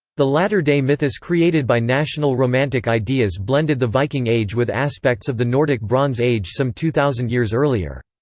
the latter-day mythos created by national romantic ideas blended the viking age with aspects of the nordic bronze age some two thousand years earlier.